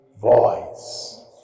voice